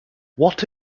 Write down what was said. what